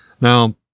Now